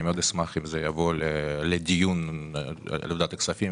אני מאוד אשמח אם זה יבוא לדיון בוועדת הכספים.